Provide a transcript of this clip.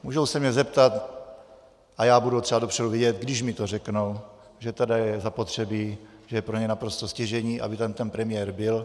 Můžou se mě zeptat, a já budu třeba dopředu vědět, když mi to řeknou, že tedy je zapotřebí, že je pro ně naprosto stěžejní, aby tam ten premiér byl.